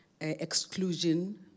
exclusion